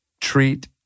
treat